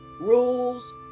rules